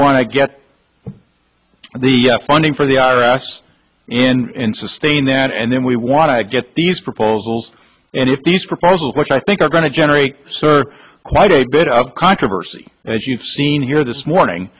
want to get the funding for the i r s insisting that and then we want to get these proposals and if these proposals which i think are going to generate sir quite a bit of controversy as you've seen here this